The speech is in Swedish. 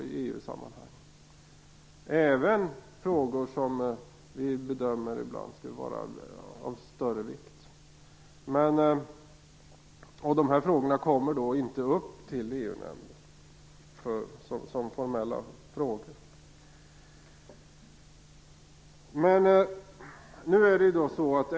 Det gäller även frågor som man ibland kan bedöma vara av större vikt. Dessa frågor kommer då inte upp till EU-nämnden som formella frågor.